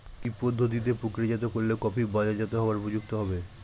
কি পদ্ধতিতে প্রক্রিয়াজাত করলে কফি বাজারজাত হবার উপযুক্ত হবে?